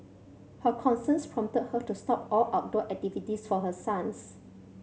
her concerns prompted her to stop all outdoor activities for her sons